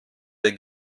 der